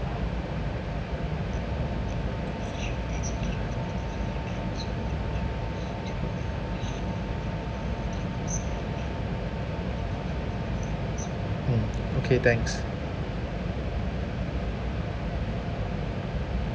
mm okay thanks